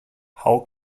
how